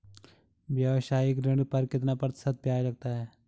व्यावसायिक ऋण पर कितना प्रतिशत ब्याज लगता है?